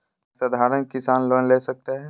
क्या साधरण किसान लोन ले सकता है?